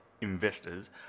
investors